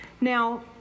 Now